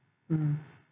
mm